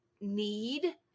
need